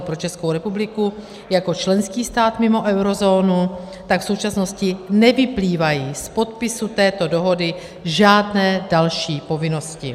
Pro Českou republiku jako členský stát mimo eurozónu tak v současnosti nevyplývají z podpisu této dohody žádné další povinnosti.